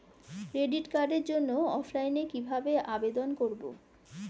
Credit কার্ডের জন্য অফলাইনে কিভাবে আবেদন করব?